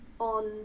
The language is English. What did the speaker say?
on